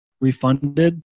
refunded